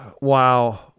Wow